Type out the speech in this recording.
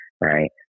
right